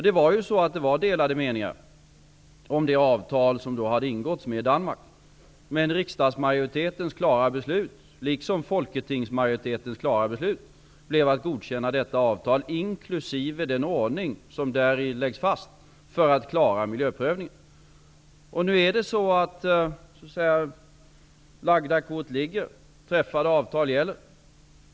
Det fanns ju delade meningar om det avtal som då hade ingåtts med Danmark, men riksdagsmajoritetens klara beslut, liksom folketingsmajoritetens klara beslut, blev att godkänna detta avtal, inkl. den ordning som däri lagts fast för att klara miljöprövningen. Nu ligger lagda kort, så att säga. Träffade avtal gäller.